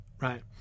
right